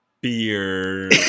Beer